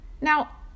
Now